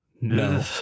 no